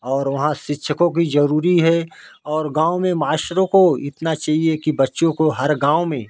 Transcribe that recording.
और वहाँ शिक्षकों की ज़रूरी है और गाँव में मास्टरों को इतना चाहिए कि बच्चों को हर गाँव में